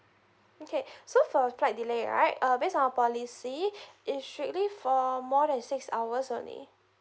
okay so for flight delay right uh based on our policy is strictly for more than six hours only